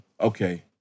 okay